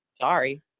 sorry